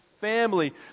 family